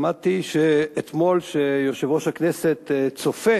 שמעתי אתמול שיושב-ראש הכנסת צופה